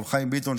הרב חיים ביטון,